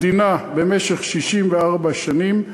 המדינה, במשך 64 שנים,